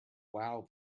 wow